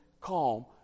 Calm